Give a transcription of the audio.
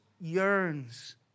yearns